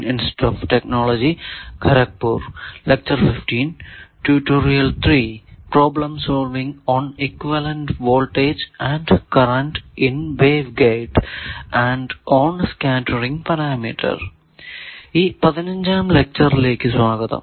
ഈ 15 ൦ ലെക്ച്ചറിലേക്കു സ്വാഗതം